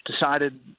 decided